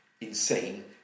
insane